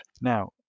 Now